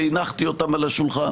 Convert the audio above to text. והנחתי אותם על השולחן.